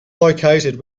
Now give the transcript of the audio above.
located